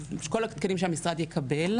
זאת נקודה ראשונה.